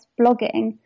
blogging